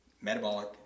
metabolic